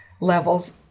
levels